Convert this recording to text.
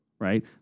right